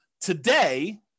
Today